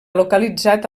localitzat